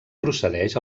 procedeix